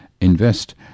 invest